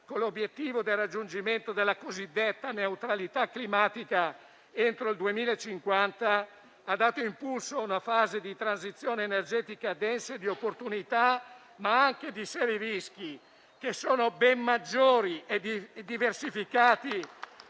con l'obiettivo del raggiungimento della cosiddetta neutralità climatica entro il 2050, hanno dato impulso a una fase di transizione energetica densa di opportunità, ma anche di seri rischi, che sono ben maggiori e diversificati